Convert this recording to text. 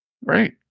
Right